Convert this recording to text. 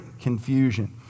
confusion